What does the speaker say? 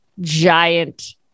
giant